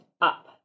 up